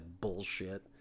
bullshit